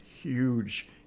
huge